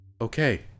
Okay